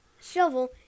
shovel